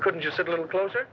couldn't just a little closer